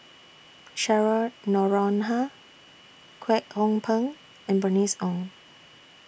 Cheryl Noronha Kwek Hong Png and Bernice Ong